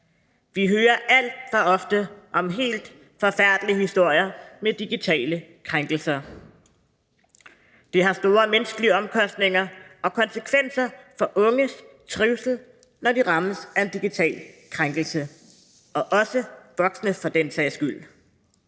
Vi hører alt for ofte om helt forfærdelige historier om digitale krænkelser. Det har store menneskelige omkostninger og konsekvenser for unges trivsel, når de rammes af en digital krænkelse, og også for voksnes for den sags skyld.